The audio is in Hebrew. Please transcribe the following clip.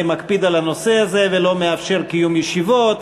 מקפיד על הנושא הזה ולא מאפשר קיום ישיבות,